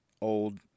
old